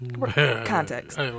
Context